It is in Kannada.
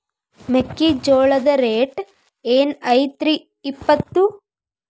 ಮೆಕ್ಕಿಜೋಳ ರೇಟ್ ಏನ್ ಐತ್ರೇ ಇಪ್ಪತ್ತು?